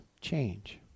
change